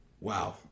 Wow